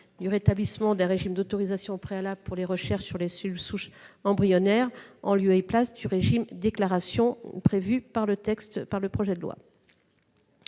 le rétablissement d'un régime d'autorisation préalable pour les recherches sur les cellules souches embryonnaires, en lieu et place du régime de déclaration prévu par le projet de loi.